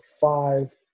five